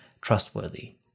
trustworthy